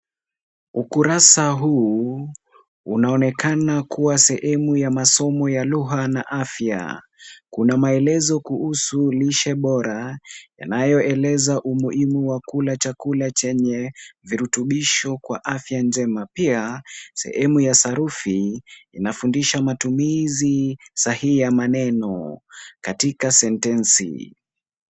Ukurasa huu unaonekana kuwa sehemu ya masomo ya lugha na afya. Kuna maelezo kuhusu lishe bora yanayoeleza umuhimu wa kula chakula chenye virutubisho kwa afya njema. Pia, sehemu ya sarufi inafundisha matumizi sahihi ya maneno katika sentensi.